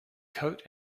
coat